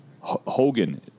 Hogan